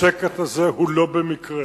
השקט הזה הוא לא במקרה.